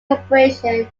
operation